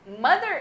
Mother